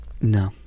No